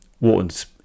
Wharton's